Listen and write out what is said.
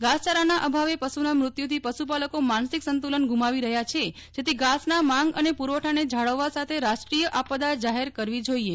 ઘાસચારાના અભાવે પશુના મૃત્યથી પશુપાલકો માનસિક સંતુલન ગુમાવી રહ્યા છે જેથી ઘાસના માગ અને પુરવઠાને જાળવવા સાથે રાષ્ટ્રીય આપદા જાહેર કરવી જોઈએ